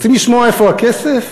רוצים לשמוע איפה הכסף?